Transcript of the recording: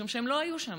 משום שהם לא היו שם